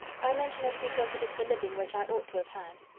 i mention it, because it is the living which i ought to have had.